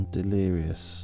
delirious